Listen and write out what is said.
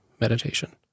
meditation